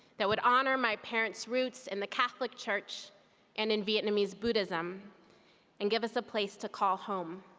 that would honor my parent's roots in the catholic church and in vietnamese buddhism and give us a place to call home.